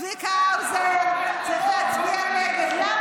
צביקה האוזר צריך להצביע נגד,